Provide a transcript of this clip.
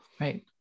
Right